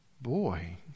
boy